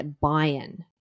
buy-in